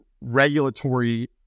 regulatory